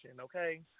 okay